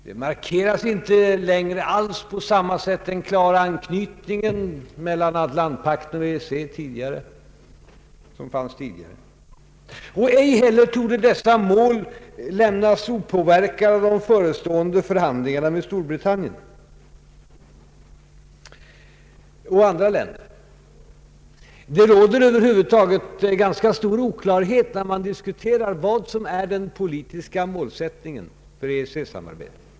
Den klara anknytningen mellan Atlantpakten och EEC markeras inte längre alls på samma sätt som tidigare. Inte heller torde dessa mål lämnas opåverkade av de förestående förhandlingarna med Storbritannien och andra länder. Det råder över huvud taget ganska stor oklarhet när man diskuterar vad som är den politiska målsättningen för EEC-samarbetet.